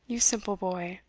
you simple boy?